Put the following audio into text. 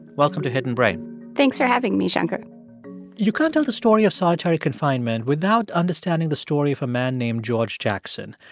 welcome to hidden brain thanks for having me, shankar you can't tell the story of solitary confinement without understanding the story of a man named george jackson.